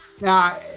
Now